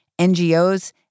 NGOs